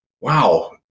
wow